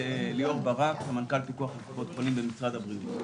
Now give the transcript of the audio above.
אני סמנכ"ל פיקוח על קופות חולים במשרד הבריאות.